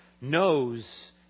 knows